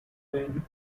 wayne